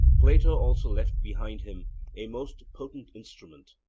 plato also left behind him a most potent instrument,